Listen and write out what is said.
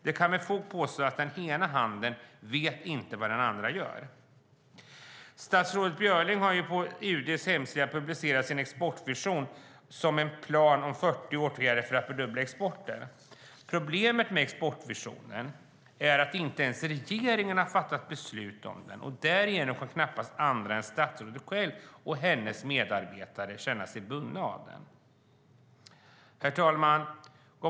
Det kan med fog påstås att den ena handen inte vet vad den andra gör. Statsrådet Björling har på UD:s hemsida publicerat sin exportvision som en plan om 40 åtgärder för att fördubbla exporten. Problemet med exportvisionen är att regeringen inte har fattat beslut om den. Därigenom känner sig knappast andra än statsrådet själv och hennes medarbetare bundna av den. Herr talman!